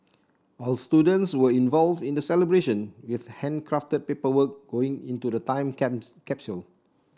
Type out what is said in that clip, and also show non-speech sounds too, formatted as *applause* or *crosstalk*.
all students were involved in the celebration with handcrafted paperwork going into the time *unintelligible* capsule